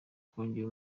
kongera